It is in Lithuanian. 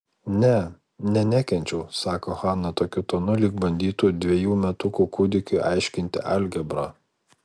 ne ne nekenčiau sako hana tokiu tonu lyg bandytų dvejų metukų kūdikiui aiškinti algebrą